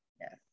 Yes